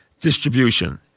distribution